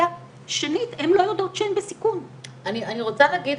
וצריך לדעת ברגע האבחון מה בדיוק קיים שם ואני רוצה רגע